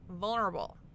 vulnerable